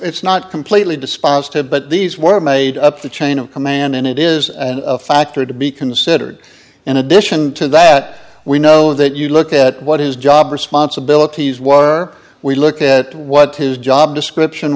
it's not completely dispositive but these were made up the chain of command and it is a factor to be considered in addition to that we know that you look at what his job responsibilities were we look at what his job description